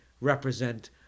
represent